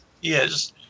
yes